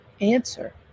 answer